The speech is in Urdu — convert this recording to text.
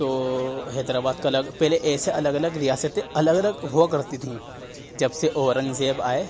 تو حیدرآباد کا الگ پہلے ایسے الگ الگ ریاستیں الگ الگ ہوا کرتی تھیں جب سے اورنگزیب آئے